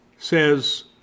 says